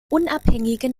unabhängigen